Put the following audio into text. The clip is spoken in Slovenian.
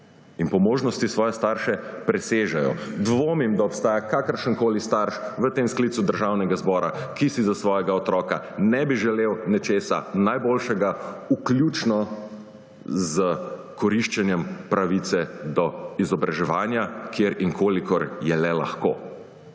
in po možnosti svoje starše presežejo. Dvomim, da obstaja kakršenkoli starš v tem sklicu državnega zbora, ki si za svojega otroka ne bi želel nečesa najboljšega, vključno s koriščenjem pravice do izobraževanja, kjer in kolikor jo le lahko.